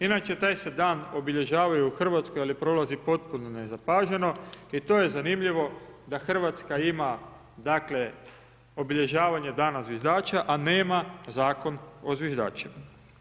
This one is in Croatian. Inače taj se dan obilježava i u Hrvatskoj ali prolazi potpun nezapaženo i to je zanimljivo da Hrvatske ima obilježavanje dana zviždača a nema zakon o zviždačima.